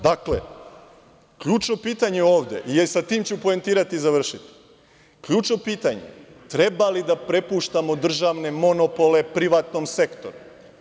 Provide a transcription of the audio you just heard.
Dakle, ključno pitanje ovde i sa tim ću poentirati i završiti, treba li da prepuštamo državne monopole privatnom sektoru?